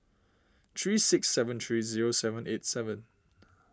three six seven three zero seven eight seven